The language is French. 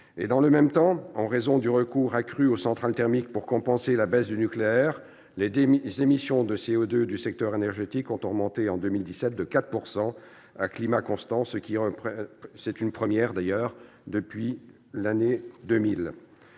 Et dans le même temps, en raison du recours accru aux centrales thermiques pour compenser la baisse du nucléaire, les émissions de CO2 du secteur énergétique ont augmenté en 2017 de 4 % à climat constant, ce qui est une première depuis le milieu des années 2000.